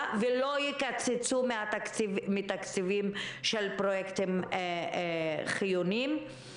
ולא יקצצו מתקציבים של פרויקטים חיוניים.